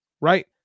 Right